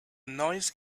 noise